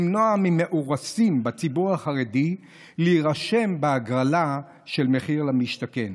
למנוע ממאורסים בציבור החרדי להירשם בהגרלה של מחיר למשתכן.